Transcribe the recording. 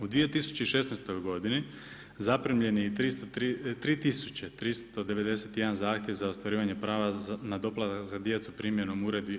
U 2016. godini zaprimljeno je i 3 tisuće 391 zahtjev za ostvarivanje prava na doplatak za djecu primjenom uredbi.